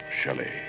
Shelley